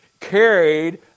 carried